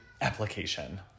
application